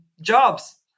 jobs